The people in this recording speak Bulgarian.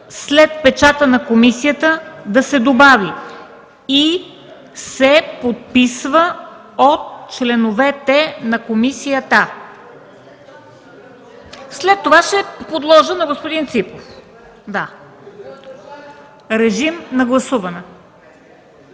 след „печата на комисията” да се добави „и се подписва от членовете на комисията”. След това ще подложа предложението на господин Ципов. Режим на гласуване.